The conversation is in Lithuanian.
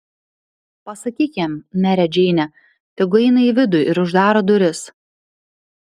pasakyk jam mere džeine tegu eina į vidų ir uždaro duris